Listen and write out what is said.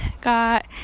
Got